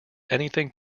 anything